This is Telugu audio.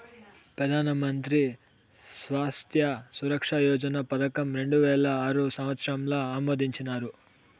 పెదానమంత్రి స్వాస్త్య సురక్ష యోజన పదకం రెండువేల ఆరు సంవత్సరంల ఆమోదించినారు